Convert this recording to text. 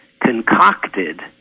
concocted